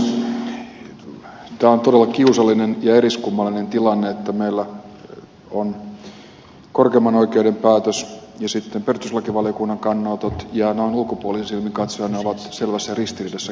tämä on todella kiusallinen ja eriskummallinen tilanne että meillä on korkeimman oikeuden päätös ja sitten perustuslakivaliokunnan kannanotot ja noin ulkopuolisen silmin katsoen ne ovat selvässä ristiriidassa keskenänsä